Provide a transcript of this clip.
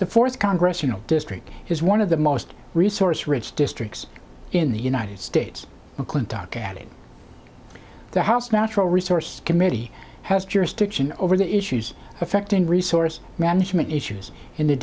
to force congress you know district has one of the most resource rich districts in the united states mcclintock addie the house natural resource committee has jurisdiction over the issues affecting resource management issues in the